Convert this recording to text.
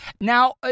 Now